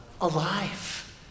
alive